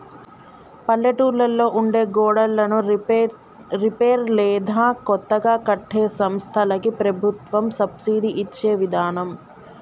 పల్లెటూళ్లలో ఉండే గోడన్లను రిపేర్ లేదా కొత్తగా కట్టే సంస్థలకి ప్రభుత్వం సబ్సిడి ఇచ్చే విదానం